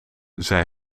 zij